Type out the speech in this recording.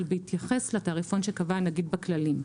אבל בהתייחס לתעריפון שקבע הנגיד בכללים,